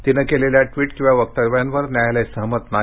तिनं केलेल्या ट्विट किंवा वक्तव्यांवर न्यायालय सहमत नाही